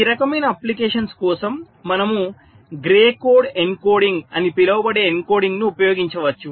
ఈ రకమైన అప్లికేషన్స్ల కోసం మనము గ్రే కోడ్ ఎన్కోడింగ్ అని పిలువబడే ఎన్కోడింగ్ను ఉపయోగించవచ్చు